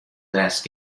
last